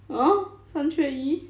ah 三缺一